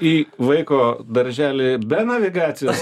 į vaiko darželį be navigacijos